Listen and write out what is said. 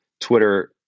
Twitter